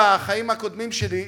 בחיים הקודמים שלי,